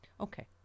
Okay